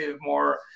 more